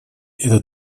этот